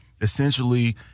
essentially